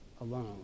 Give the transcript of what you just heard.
alone